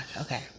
okay